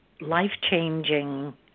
life-changing